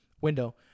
window